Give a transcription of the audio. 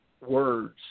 words